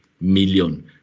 million